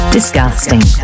Disgusting